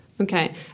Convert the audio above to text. Okay